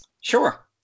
Sure